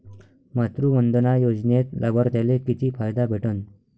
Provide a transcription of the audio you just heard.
मातृवंदना योजनेत लाभार्थ्याले किती फायदा भेटन?